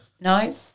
no